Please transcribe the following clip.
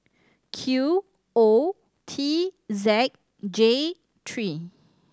Q O T Z J three